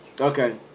okay